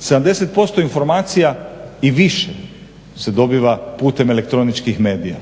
70% informacija i više se dobiva putem elektroničkih medija.